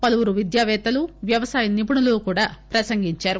పలువురు విద్యాపేత్తలు వ్యవసాయ నిపుణులు కూడా ప్రసంగించారు